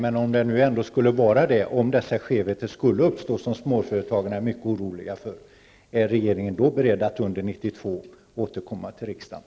Fru talman! Om de skevheter som småföretagarna är mycket oroliga för ändå skulle uppstå, är regeringen då beredd att under 1992 återkomma till riksdagen?